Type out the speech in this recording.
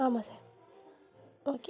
ஆமாம் sir okay